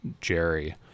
Jerry